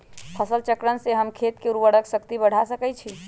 फसल चक्रण से हम खेत के उर्वरक शक्ति बढ़ा सकैछि?